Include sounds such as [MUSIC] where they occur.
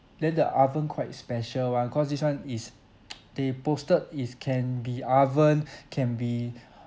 then the oven quite special [one] cause this one is [NOISE] they posted is can be oven can be [BREATH]